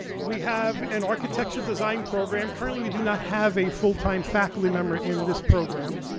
we have an architectural design program. currently we do not have a full time faculty member in this program.